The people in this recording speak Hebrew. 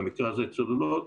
במקרה הזה צוללות,